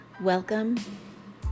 Welcome